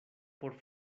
por